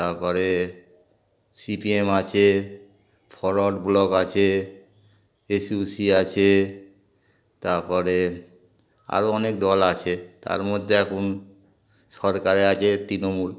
তারপরে C P M আছে forward bloc আছে এস ইউ সি আছে তারপরে আরও অনেক দল আছে তার মধ্যে এখন সরকারে আছে তৃণমূল